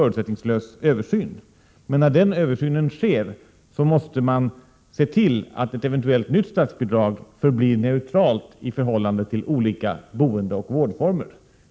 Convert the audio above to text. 1987/88:126 förutsättningslös översyn, men när denna sker måste man se till att ett 25 maj 1988 eventuellt nytt statsbidrag blir neutralt i förhållande till olika boendeoch vårdformer.